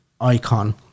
icon